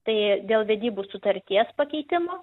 tai dėl vedybų sutarties pakeitimo